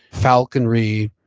falconry,